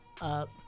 up